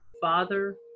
Father